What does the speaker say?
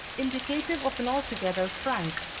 indicative of an altogether frank,